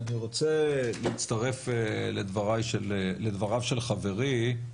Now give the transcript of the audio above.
אני רוצה להצטרף לדבריו של חברי.